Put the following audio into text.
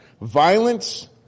Violence